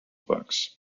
box